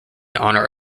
honour